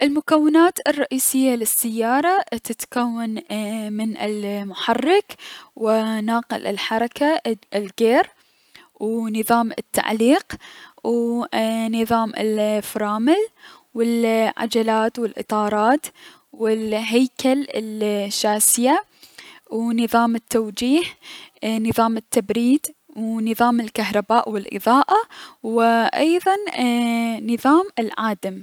المكونات الرئيسية للسيارة تتكون من ايي- المحرك، و ناقل الحركة الكير و نظام التعليق و ايي- نظام الفرامل و عجلات الأطارات و الفرامل و هيكل الشاسية و نظام التوجيد و نظام التبريد و نظام الكهرباء و الأضاءة و ايضا نظام العادم.